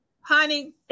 Honey